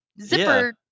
zipper